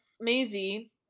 Maisie